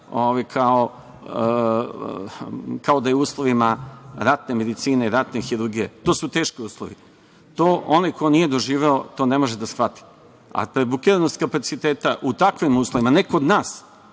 kao da je u uslovima ratne medicine i ratne hirurgije, to su teški uslovi. To onaj ko nije doživeo, to ne može da shvati, a prebukiranost kapaciteta u takvim uslovima, ne kod nas,